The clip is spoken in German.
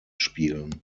spielen